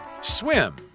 Swim